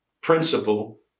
principle